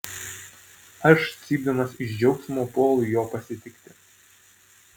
aš cypdamas iš džiaugsmo puolu jo pasitikti